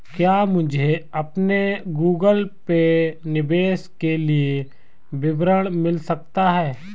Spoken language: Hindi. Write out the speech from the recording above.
क्या मुझे अपने गूगल पे निवेश के लिए विवरण मिल सकता है?